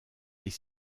est